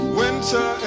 winter